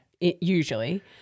Usually